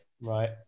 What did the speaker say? Right